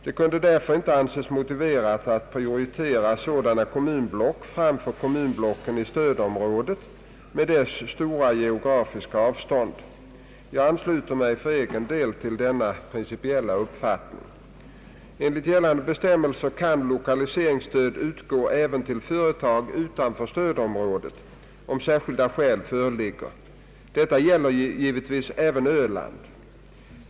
Det kunde därför inte anses motiverat att prioritera sådana kommunblock framför kommunblocken i stödområdet med dess stora geografiska avstånd. Jag ansluter mig för egen del till denna principiella uppfattning. Enligt gällande bestämmelser kan l1okaliseringsstöd utgå även till företag utanför stödområdet om särskilda skäl föreligger. Detta gäller givetvis även Öland.